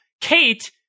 Kate